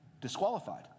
Disqualified